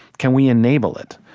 can we enable it?